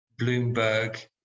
Bloomberg